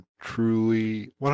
truly